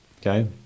Okay